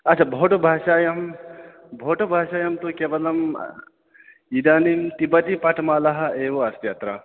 अच्छा भोट् भाषायां भोट् भाषायां तु केवलम् इदानीं त्रिपाठिपाठमालाः एव अस्ति अत्र